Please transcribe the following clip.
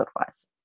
advice